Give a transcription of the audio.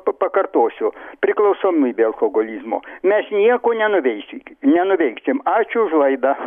pa pakartosiu priklausomybė alkoholizmo mes nieko nenuveiksiu nenuveiksim ačiū už laidą